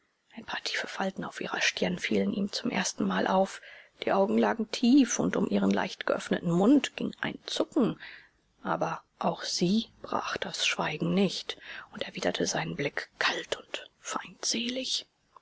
ein paar tiefe falten auf ihrer stirn fielen ihm zum ersten mal auf die augen lagen tief und um ihren leichtgeöffneten mund ging ein zucken aber auch sie brach das schweigen nicht und erwiderte seinen blick kalt und feindselig